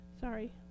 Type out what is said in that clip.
Sorry